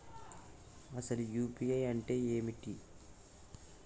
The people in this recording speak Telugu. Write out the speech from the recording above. అసలు యూ.పీ.ఐ అంటే ఏమిటి?